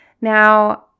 now